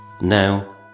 Now